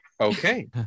Okay